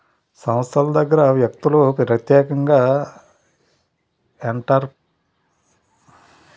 సంస్థల దగ్గర వ్యక్తులు ప్రత్యేకంగా ఎంటర్ప్రిన్యూర్షిప్ను తీసుకోవచ్చు